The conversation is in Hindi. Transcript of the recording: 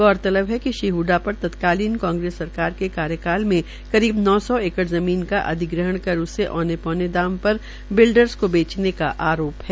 गौरतलब है कि श्री हडडा पर तत्कालीन कांग्रेस सरकार के सरकार के कार्यकाल में करीब नौ सौ एकड़ ज़मीन का अधिग्रहण कर उसे औने पौने दाम पर बिल्डर्स को बेचने का आरोप है